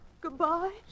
Goodbye